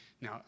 Now